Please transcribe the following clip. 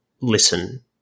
listen